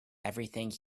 everything